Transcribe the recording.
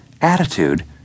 attitude